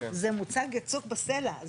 זה מוצק יצוק בסלע.